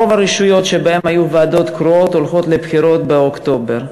רוב הרשויות שבהן היו ועדות קרואות הולכות לבחירות באוקטובר.